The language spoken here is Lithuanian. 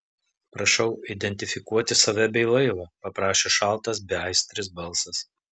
prašau identifikuoti save bei laivą paprašė šaltas beaistris balsas